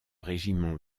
régiment